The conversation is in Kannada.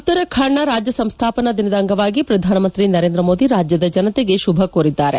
ಉತ್ತರಾಖಂಡ್ನ ರಾಜ್ಯ ಸಂಸ್ಥಾಪನಾ ದಿನದ ಅಂಗವಾಗಿ ಪ್ರಧಾನಮಂತ್ರಿ ನರೇಂದ್ರ ಮೋದಿ ರಾಜ್ಯದ ಜನತೆಗೆ ಶುಭ ಕೋರಿದ್ದಾರೆ